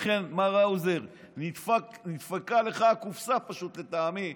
לכן, מר האוזר, נדפקה לך הקופסה, לטעמי.